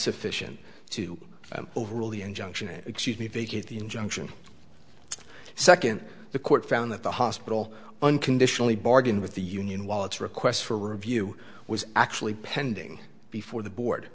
sufficient to overrule the injunction and excuse me vacate the injunction second the court found that the hospital unconditionally bargain with the union while its requests for review was actually pending before the board